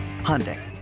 Hyundai